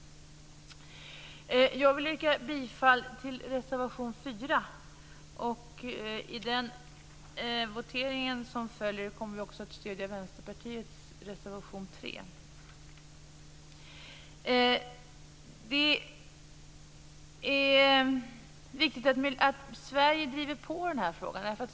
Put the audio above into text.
Jag yrkar bifall till reservation 4. I den votering som följer kommer vi att stödja Vänsterpartiets reservation 3. Det är viktigt att Sverige driver på i den här frågan.